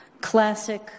classic